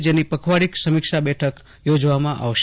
જેની પખવાડીક સમીક્ષા બેઠક યોજવામાં આવશે